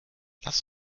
lass